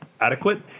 adequate